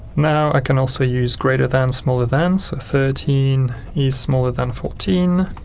now i can also use greater than, smaller than, so thirteen is smaller than fourteen,